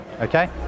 Okay